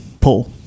Paul